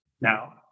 now